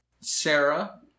Sarah